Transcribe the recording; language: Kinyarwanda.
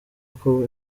uko